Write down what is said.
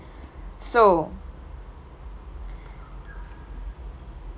so